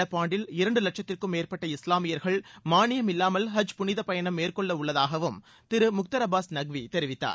நடப்பாண்டில் இரண்டு லட்சத்திற்கும் மேற்பட்ட இஸ்லாமியர்கள் மானியம் இல்லாமல் ஹஜ் புனிதப் மேற்கொள்ள பயணம் உள்ளதாகவும் திரு முக்தார் அப்பாஸ் நக்வி தெரிவித்தார்